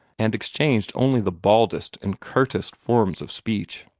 and exchanged only the baldest and curtest forms of speech.